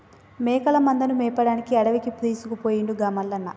మేకల మందను మేపడానికి అడవికి తీసుకుపోయిండుగా మల్లన్న